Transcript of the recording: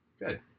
Good